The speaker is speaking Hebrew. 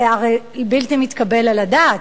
זה הרי בלתי מתקבל על הדעת.